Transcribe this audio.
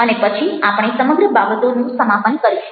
અને પછી આપણે સમગ્ર બાબતોનું સમાપન કરીશું